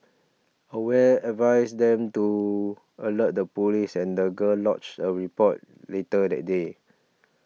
aware advised them to alert the police and the girl lodged a report later that day